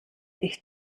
ich